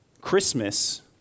Christmas